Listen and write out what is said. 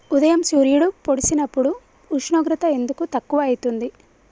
ఉదయం సూర్యుడు పొడిసినప్పుడు ఉష్ణోగ్రత ఎందుకు తక్కువ ఐతుంది?